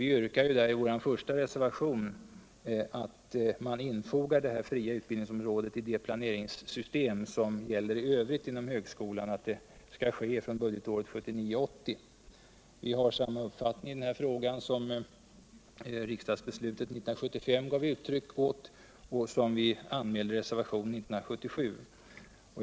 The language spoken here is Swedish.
Vi yrkar däri reservationen I att man skall infoga det s.k. fria utbildningsområdet i det planceringssystem som räller i övrigt inom högskolan och att detta skall ske från budgetåret 1979/80. Vi har samma uppfattning I denna fråga som riksdagsbeslutet 1975 var eu uttryck för och som vi anmälde i reservation år 1977.